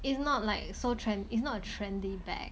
it's not like so trend is not a trendy bag